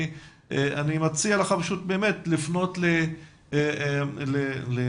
אני מציע לך לפנות לנאוה